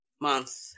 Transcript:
month